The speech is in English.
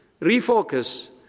refocus